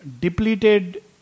depleted